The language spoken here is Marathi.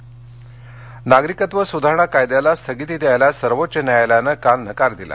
नागरिकत्व नागरिकत्व सुधारणा कायद्याला स्थगिती द्यायला सर्वोच्च न्यायालयानं काल नकार दिला